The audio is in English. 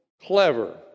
clever